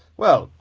well.